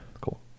Cool